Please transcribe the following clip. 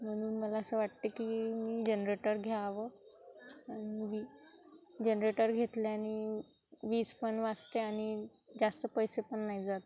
म्हणून मला असं वाटते की मी जनरेटर घ्यावं आणि वी जनरेटर घेतल्याने वीज पण वाचते आणि जास्त पैसे पण नाही जात